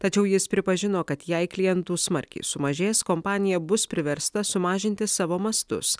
tačiau jis pripažino kad jei klientų smarkiai sumažės kompanija bus priversta sumažinti savo mastus